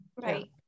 Right